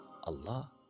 Allah